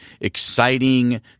exciting